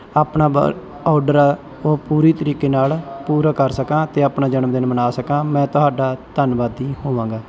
ਆਪਣਾ ਬ ਔਡਰ ਉਹ ਪੂਰੀ ਤਰੀਕੇ ਨਾਲ ਪੂਰਾ ਕਰ ਸਕਾਂ ਅਤੇ ਆਪਣਾ ਜਨਮਦਿਨ ਮਨਾ ਸਕਾਂ ਮੈਂ ਤੁਹਾਡਾ ਧੰਨਵਾਦੀ ਹੋਵਾਂਗਾ